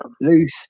loose